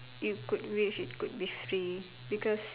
you could wish it could be free because